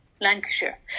lancashire